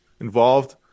involved